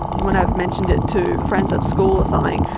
when i've mentioned it to friends at school or something,